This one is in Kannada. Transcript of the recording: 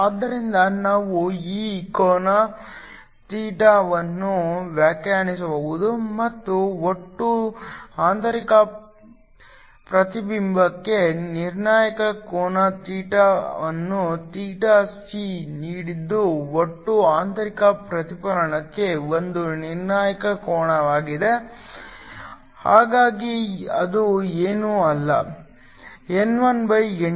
ಆದ್ದರಿಂದ ನಾವು ಈ ಕೋನ ಥೀಟವನ್ನು ವ್ಯಾಖ್ಯಾನಿಸಬಹುದು ಮತ್ತು ಒಟ್ಟು ಆಂತರಿಕ ಪ್ರತಿಬಿಂಬಕ್ಕೆ ನಿರ್ಣಾಯಕ ಕೋನ ಥೀಟಾವನ್ನು ಥೀಟಾ C ನೀಡಿದ್ದು ಒಟ್ಟು ಆಂತರಿಕ ಪ್ರತಿಫಲನಕ್ಕೆ ಒಂದು ನಿರ್ಣಾಯಕ ಕೋನವಾಗಿದೆ ಹಾಗಾಗಿ ಅದು ಏನೂ ಅಲ್ಲ n1n2